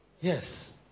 Yes